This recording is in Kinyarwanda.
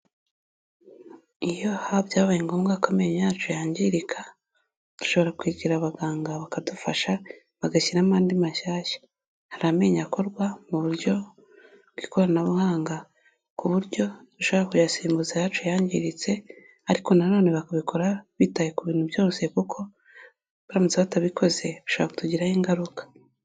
Iyo byabaye ngombwa ko amenyo yacu yangirika, dushobora kwegera abaganga bakadufasha bagashyiramo andi mashyashya. Hari amenyo akorwa mu buryo bw'ikoranabuhanga ku buryo dushobora kuyasimbuza ayacu yangiritse, ariko nanone bakabikora bitaye ku bintu byose kuko baramutse batabikoze bishobora kutugiraho ingaruka.